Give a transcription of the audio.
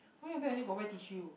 why your bag only got wet tissue